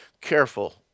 Careful